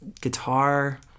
guitar